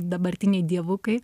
dabartiniai dievukai